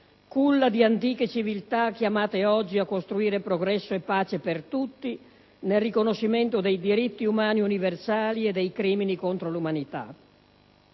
culla di antiche civiltà chiamate oggi a costruire progresso e pace per tutti, nel riconoscimento dei diritti umani universali e dei crimini contro l'umanità.